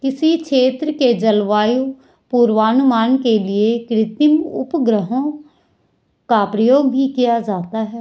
किसी क्षेत्र के जलवायु पूर्वानुमान के लिए कृत्रिम उपग्रहों का प्रयोग भी किया जाता है